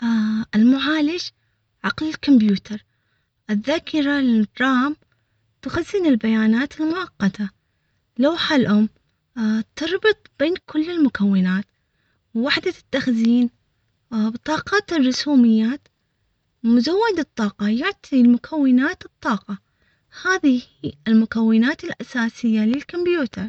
آه، المعالج عقل الكمبيوتر، الذاكرة للترام، تخزن البيانات المؤقتة، لوحة الأم، آه تربط بين كل المكونات، وحدة التخزين، و بطاقات الرسوميات، مزود الطاقة، يعطي المكونات الطاقة.